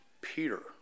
Peter